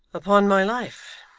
upon my life,